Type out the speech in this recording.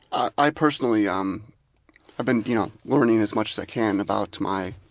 i personally, um i've been you know learning as much as i can about my,